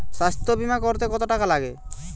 স্বাস্থ্যবীমা করতে কত টাকা লাগে?